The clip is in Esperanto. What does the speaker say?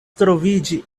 troviĝi